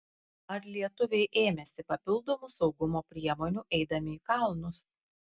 ar lietuviai ėmėsi papildomų saugumo priemonių eidami į kalnus